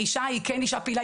האישה היא כן אישה פעילה.